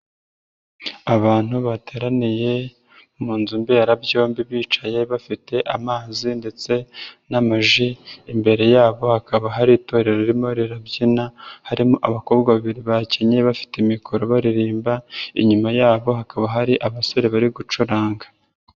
Abantu bateraniye mu nzu mberabyombi bicaye bafite amazi ndetse n'amaji, imbere yabo hakaba hari itorero ririmo rirabyina harimo abakobwa babiri bakenyeye bafite mikoro baririmba, inyuma yabo hakaba hari abasore bari gucuranga.